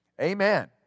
Amen